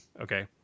Okay